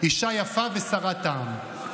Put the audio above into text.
איוט זה בשתי וי"וים.